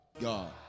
God